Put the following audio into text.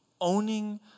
owning